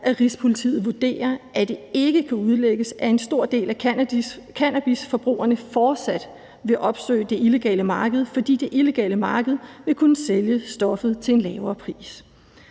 at rigspolitiet vurderer, at det ikke kan udelukkes, at en stor del af cannabisforbrugerne fortsat vil opsøge det illegale marked, fordi stoffet vil kunne sælges til en lavere pris